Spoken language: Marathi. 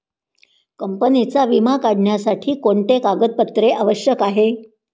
कंपनीचा विमा काढण्यासाठी कोणते कागदपत्रे आवश्यक आहे?